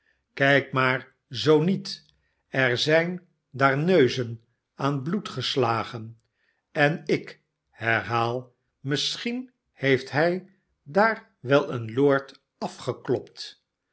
kijk maar zoo niet er zijn daar neuzen aan bloed geslagen en ik herhaal misschien heeft hij daar wel een lord afgeklopt